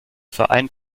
verein